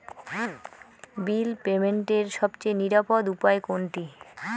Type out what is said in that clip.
বিল পেমেন্টের সবচেয়ে নিরাপদ উপায় কোনটি?